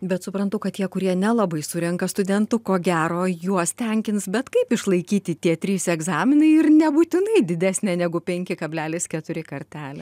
bet suprantu kad tie kurie nelabai surenka studentų ko gero juos tenkins bet kaip išlaikyti tie trys egzaminai ir nebūtinai didesnė negu penki kablelis keturi kartelė